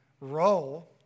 role